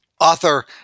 author